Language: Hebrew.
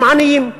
הם עניים.